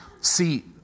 see